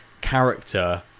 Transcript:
character